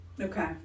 Okay